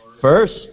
First